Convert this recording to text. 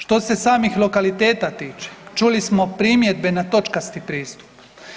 Što se samih lokaliteta tiče, čuli smo primjedbe na točkasti pristup.